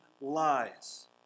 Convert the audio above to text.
lies